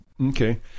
Okay